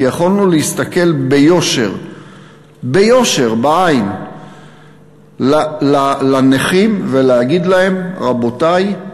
כי יכולנו להסתכל ביושר בעיני הנכים ולהגיד להם: רבותי,